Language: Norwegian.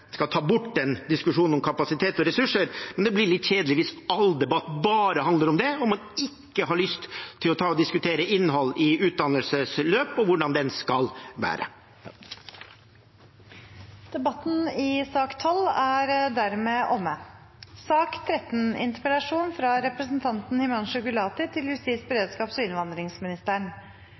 skal ta bort diskusjonen om kapasitet og ressurser, men det blir litt kjedelig hvis all debatt bare handler om det – og man ikke har lyst til å diskutere innhold i utdannelsesløp og hvordan det skal være. Debatten i sak nr. 12 er dermed omme.